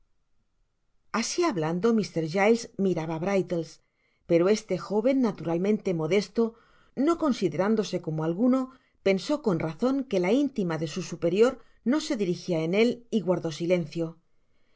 asi hablando mr giles miraba á brittles pero este joven naturalmente modesto no considerándose como alguno pensó con razon que la intima de su superior no se dirijia en él y guardó silencio